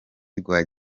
rwa